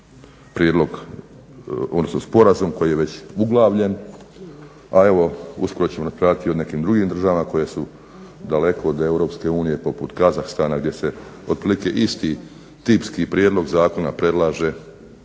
se potpiše ovakav sporazum koji je već uglavljen. A evo uskoro ćemo raspravljati o nekim drugim državama koje su daleko od EU poput Kazahstana gdje se otprilike isti tipski prijedlog zakona predlaže u borbi